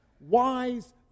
wise